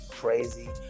crazy